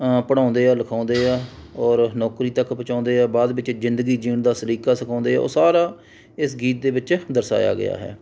ਪੜ੍ਹਾਉਂਦੇ ਹੈ ਲਿਖਾਉਂਦੇ ਹੈ ਔਰ ਨੌਕਰੀ ਤੱਕ ਪਹੁੰਚਾਉਂਦੇ ਹੈ ਬਾਅਦ ਵਿੱਚ ਜ਼ਿੰਦਗੀ ਜੀਣ ਦਾ ਸਲ਼ੀਕਾ ਸਿਖਾਉਂਦੇ ਹੈ ਉਹ ਸਾਰਾ ਇਸ ਗੀਤ ਦੇ ਵਿੱਚ ਦਰਸਾਇਆ ਗਿਆ ਹੈ